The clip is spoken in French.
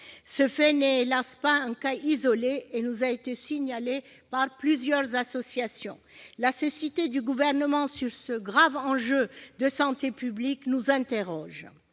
Ce fait n'est, hélas, pas un cas isolé et nous a été signalé par plusieurs associations. La cécité du Gouvernement sur ce grave enjeu de santé publique nous interroge.